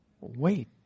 Wait